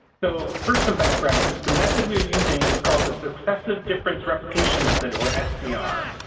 so first some background. the method we are using is called the successive difference replication method or sdr.